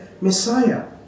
messiah